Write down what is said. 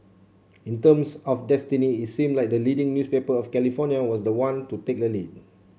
in terms of destiny it seemed like the leading newspaper of California was the one to take the lead